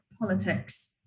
politics